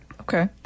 Okay